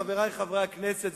חברי חברי הכנסת,